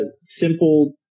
simple